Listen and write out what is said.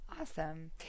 Awesome